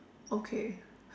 okay